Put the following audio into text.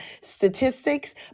statistics